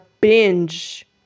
binge